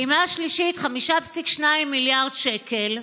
פעימה שלישית, 5.2 מיליארד שקל,